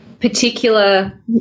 particular